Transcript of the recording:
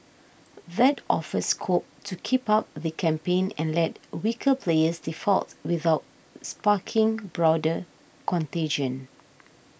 that offers scope to keep up the campaign and let weaker players default without sparking broader contagion